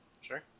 Sure